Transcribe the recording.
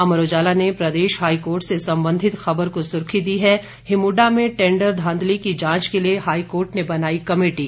अमर उजाला ने प्रदेश हाईकोर्ट से संबंधित खबर को सुर्खी दी है हिमुडा में टेंडर धांधली की जांच के लिए हाईकोर्ट ने बनाई कमेटी